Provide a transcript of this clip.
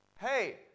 Hey